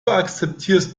akzeptierst